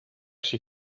she